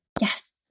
Yes